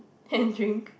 and drink